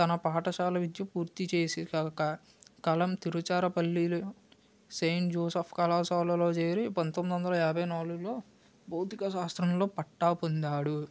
తన పాఠశాల విద్య పూర్తి చేసినాక కలాం తిరుచారపల్లిలో సెయింట్ జోసెఫ్ కళాశాలలో చేరి పంతొమ్మిది వందల యాభై నాలుగులో భౌతిక శాస్త్రంలో పట్టా పొందాడు